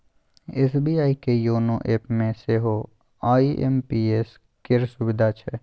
SBI के YONO एपमे सेहो आई.एम.पी.एस केर सुविधा छै